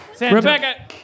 Rebecca